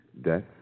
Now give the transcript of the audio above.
Death